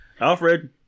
Alfred